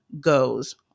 goes